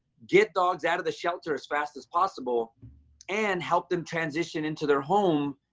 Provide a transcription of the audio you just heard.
get dogs out of the shelter as fast as possible and help them transition into their home,